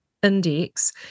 Index